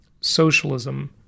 socialism